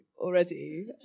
already